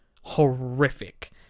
Horrific